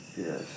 Yes